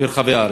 ברחבי הארץ.